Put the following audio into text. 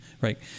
right